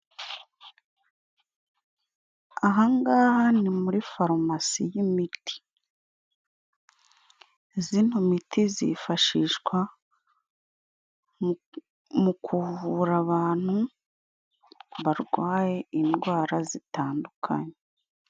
Ahangaha ni muri farumasi y'imiti. Zino miti zifashishwa mu kuvura abantu barwaye indwara zitandukanye.